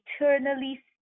eternally